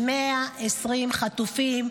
120 חטופים,